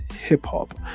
hip-hop